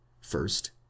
first